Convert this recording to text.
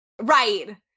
Right